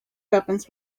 weapons